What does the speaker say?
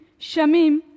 Shamim